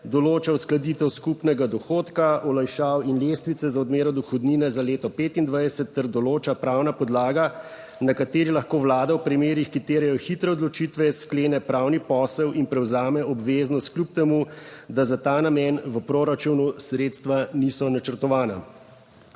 določa uskladitev skupnega dohodka, olajšav in lestvice za odmero dohodnine za leto 2025 ter določa pravna podlaga, na kateri lahko vlada v primerih, ki terjajo hitre odločitve, sklene pravni posel in prevzame obveznost, kljub temu, da za ta namen v proračunu sredstva niso načrtovana.